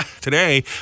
Today